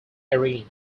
erin